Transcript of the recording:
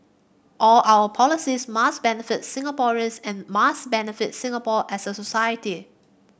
all our policies must benefit Singaporeans and must benefit Singapore as a society